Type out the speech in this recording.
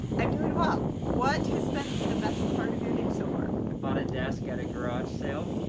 i'm doing well. what has been the best part of your day so far? i bought a desk at a garage sale,